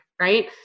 right